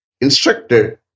instructed